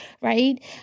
right